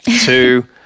Two